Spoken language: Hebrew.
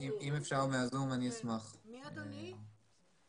סוגיית המדענים החוזרים.